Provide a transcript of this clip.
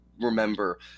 remember